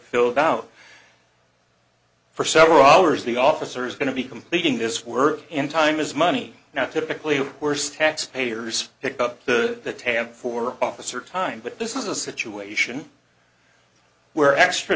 filled out for several hours the officer is going to be completing this work and time is money now typically of course taxpayers pick up the tab for officer time but this is a situation where extra